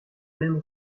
même